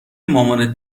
مامانت